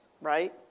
right